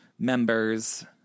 Members